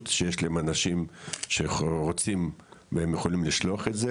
שיש להם אנשים שרוצים והם יכולים לשלוח את זה